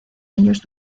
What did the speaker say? ellos